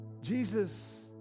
Jesus